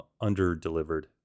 under-delivered